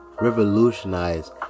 revolutionize